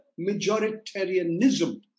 majoritarianism